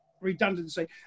redundancy